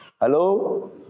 Hello